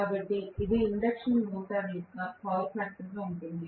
కాబట్టి ఇది induction motor యొక్క పవర్ ఫ్యాక్టర్ గా ఉంటుంది